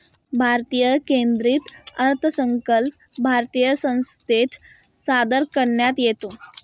भारतीय केंद्रीय अर्थसंकल्प भारतीय संसदेत सादर करण्यात येतो